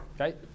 Okay